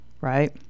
right